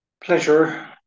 Pleasure